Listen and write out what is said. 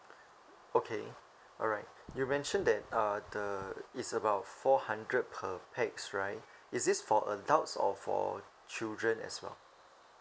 okay alright you mentioned that uh the it's about four hundred per pax right is this for adults or for children as well